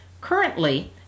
Currently